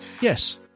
Yes